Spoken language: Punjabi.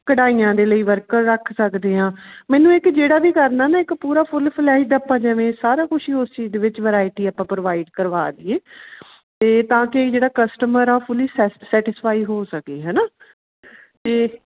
ਕਢਾਈਆਂ ਦੇ ਲਈ ਵਰਕਰ ਰੱਖ ਸਕਦੇ ਹਾਂ ਮੈਨੂੰ ਇਹ ਕਿ ਜਿਹੜਾ ਵੀ ਕਰਨਾ ਨਾ ਇੱਕ ਪੂਰਾ ਫੁੱਲ ਫਲੈਜਡ ਆਪਾਂ ਜਿਵੇਂ ਸਾਰਾ ਕੁਛ ਉਸ ਚੀਜ਼ ਦੇ ਵਿੱਚ ਵਰਾਇਟੀ ਆਪਾਂ ਪ੍ਰੋਵਾਈਡ ਕਰਵਾ ਦਈਏ ਅਤੇ ਤਾਂ ਕਿ ਜਿਹੜਾ ਕਸਟਮਰ ਆ ਉਹ ਫੁੱਲੀ ਸੈ ਸੈਟਿਸਫਾਈ ਹੋ ਸਕੇ ਹੈ ਨਾ ਅਤੇ